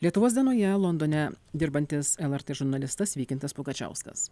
lietuvos dienoje londone dirbantis lrt žurnalistas vykintas pugačiauskas